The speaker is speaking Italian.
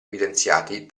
evidenziati